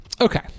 Okay